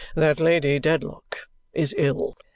that lady dedlock is ill.